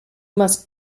must